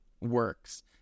works